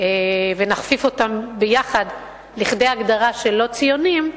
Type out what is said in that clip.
ונכפיף אותם ביחד לכדי הגדרה של לא-ציונים,